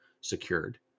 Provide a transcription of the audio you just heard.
secured